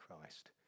Christ